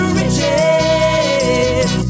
riches